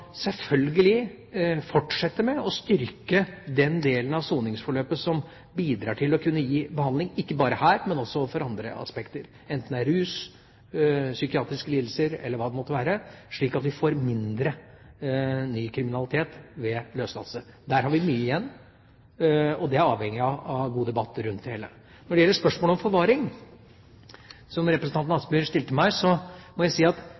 selvfølgelig fortsette med å styrke den delen av soningsforløpet som bidrar til å kunne gi behandling – ikke bare her, men også ved andre aspekter – enten det er rus, psykiatriske lidelser eller hva det måtte være, slik at vi får mindre ny kriminalitet ved løslatelse. Der har vi mye igjen, og vi er avhengig av gode debatter rundt det hele. Når det gjelder spørsmålet om forvaring, som representanten Kielland Asmyhr stilte meg, så må jeg si at